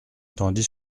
tandis